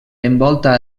envolta